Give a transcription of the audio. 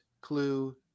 clue